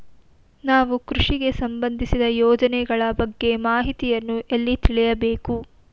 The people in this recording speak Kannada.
ನಾವು ಕೃಷಿಗೆ ಸಂಬಂದಿಸಿದ ಯೋಜನೆಗಳ ಬಗ್ಗೆ ಮಾಹಿತಿಯನ್ನು ಎಲ್ಲಿ ತಿಳಿಯಬೇಕು?